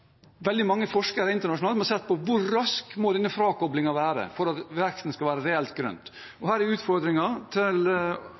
Veldig mange forskere internasjonalt har sett på hvor rask denne frakoblingen må være for at veksten skal være reelt